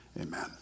Amen